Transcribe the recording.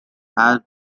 have